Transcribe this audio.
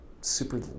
super